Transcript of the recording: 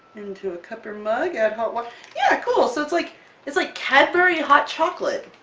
into a cup or mug, add hot wat yeah! cool, so it's like it's like cadbury hot chocolate!